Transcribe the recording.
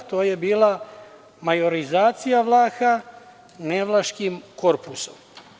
To je bila majorizacija Vlaha nevlaškim korpusom.